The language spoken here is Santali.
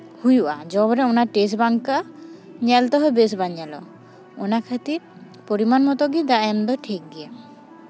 ᱦᱩᱭᱩᱜᱼᱟ ᱡᱚᱢ ᱨᱮ ᱚᱱᱟ ᱴᱮᱥᱴ ᱵᱟᱝ ᱟᱹᱭᱠᱟᱹᱜᱼᱟ ᱧᱮᱞ ᱛᱮᱦᱚᱸ ᱵᱮᱥ ᱵᱟᱝ ᱧᱮᱞᱚᱜᱼᱟ ᱚᱱᱟ ᱠᱷᱟᱹᱛᱤᱨ ᱯᱚᱨᱤᱢᱟᱱ ᱢᱚᱛᱳ ᱜᱮ ᱫᱟᱜ ᱮᱢ ᱫᱚ ᱴᱷᱤᱠ ᱜᱮᱭᱟ